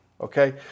okay